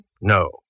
No